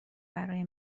برای